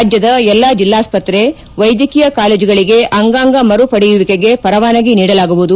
ರಾಜ್ಯದ ಎಲ್ಲಾ ಜಿಲ್ಲಾಸ್ತ್ರತೆ ವೈದ್ಯಕೀಯ ಕಾಲೇಜುಗಳಿಗೆ ಅಂಗಾಂಗ ಮರುಪಡೆಯುವಿಕೆಗೆ ಪರವಾನಗಿ ನೀಡಲಾಗುವುದು